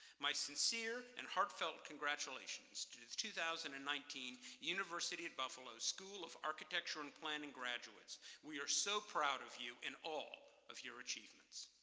my sincere and heartfelt congratulations to the two thousand and nineteen university at buffalo's school of architecture and planning graduates. we are so proud of you in all of your achievements.